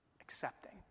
accepting